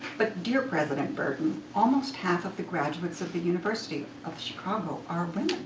but, dear president burton, almost half of the graduates of the university of chicago are women,